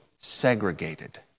segregated